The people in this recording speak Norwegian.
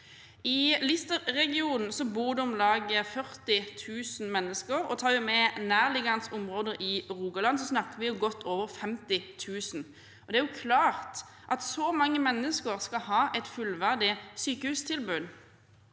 I Lister-regionen bor det om lag 40 000 mennesker, og tar vi med nærliggende områder i Rogaland, snakker vi om godt over 50 000. Det er klart at så mange mennesker skal ha et fullverdig sykehustilbud.